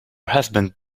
husband